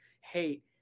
hate